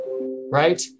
right